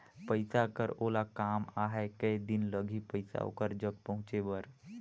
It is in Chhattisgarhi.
पइसा कर ओला काम आहे कये दिन लगही पइसा ओकर जग पहुंचे बर?